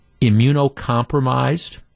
immunocompromised